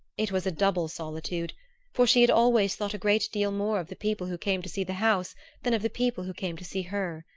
it was a double solitude for she had always thought a great deal more of the people who came to see the house than of the people who came to see her.